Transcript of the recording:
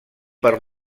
per